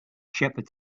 shepherd